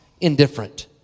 indifferent